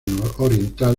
nororiental